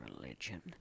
religion